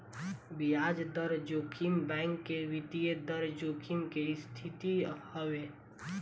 बियाज दर जोखिम बैंक के वित्तीय दर जोखिम के स्थिति हवे